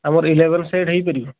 ଆମର eleven side ହୋଇପାରିବ